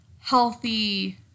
healthy